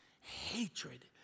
hatred